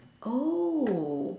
oh